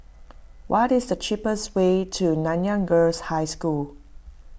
what is the cheapest way to Nanyang Girls' High School